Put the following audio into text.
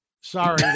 sorry